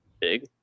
big